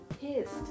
pissed